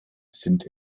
sind